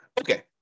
Okay